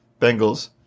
Bengals